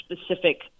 specific